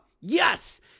Yes